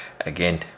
again